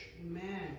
Amen